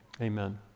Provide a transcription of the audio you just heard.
amen